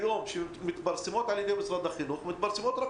ההנחיות שמתפרסמות כיום על ידי משרד החינוך מתפרסמות רק